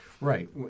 Right